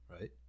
right